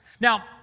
Now